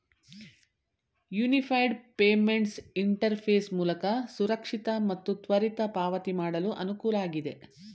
unified payments interface ಮೂಲಕ ಸುರಕ್ಷಿತ ಮತ್ತು ತ್ವರಿತ ಪಾವತಿ ಮಾಡಲು ಅನುಕೂಲ ಆಗಿದೆ